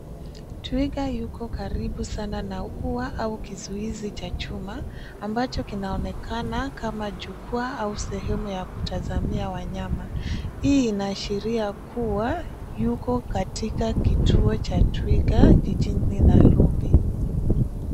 Twiga yuko karibu sana na Ua au kizuizi cha chuma ambacho kinaonekana kama jukwaa au sehemu ya kutazamia wanyama. Hii inaashiria kuwa yuko kituo cha twiga jijini Nairobi.